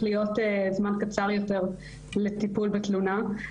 להיות זמן קצר יותר לטיפול בתלונה.